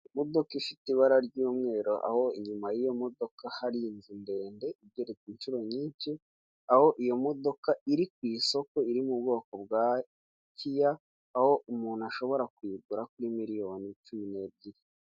Imodoka ifite ibara ry'umweru aho inyuma y'iyo modoka hari inzu ndende igeretse inshuro nyinshi aho iyo modoka iri ku isoko iri mu bwoko bwa kiya aho umuntu ashobora kuyigura kuri miliyoni cumi n'ebyiri.